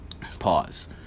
Pause